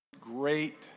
Great